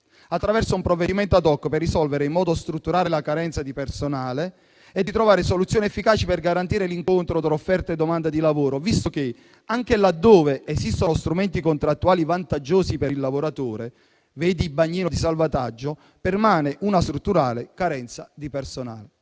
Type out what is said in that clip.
attraverso un provvedimento *ad hoc,* per risolvere in modo strutturale la carenza di personale e trovare soluzioni efficaci per garantire l'incontro tra offerta e domanda di lavoro, visto che, anche laddove esistono strumenti contrattuali vantaggiosi per il lavoratore (vedi quello del bagnino di salvataggio), permane una strutturale carenza di personale.